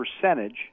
percentage